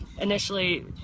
initially